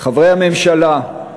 חברי הממשלה,